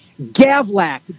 Gavlak